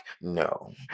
No